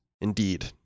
Indeed